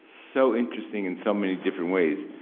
so interesting in so many different ways.